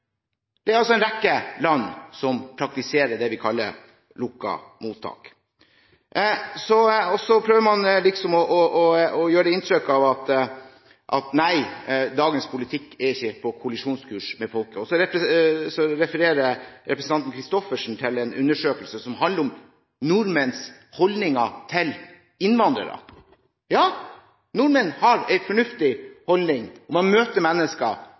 Det er altså en rekke land som praktiserer det vi kaller lukkede mottak. Så prøver man å gi inntrykk av at dagens politikk ikke er på kollisjonskurs med folket, og representanten Christoffersen refererer til en undersøkelse som handler om nordmenns holdninger til innvandrere. Ja, nordmenn har en fornuftig holdning: Man møter mennesker